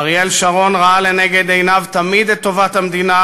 אריאל שרון ראה לנגד עיניו תמיד את טובת המדינה,